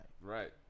Right